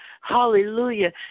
hallelujah